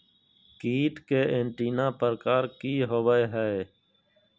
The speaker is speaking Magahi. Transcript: कीट के एंटीना प्रकार कि होवय हैय?